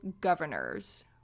governors